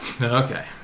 Okay